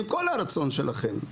עם כל הרצון שלכם.